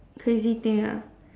crazy thing ah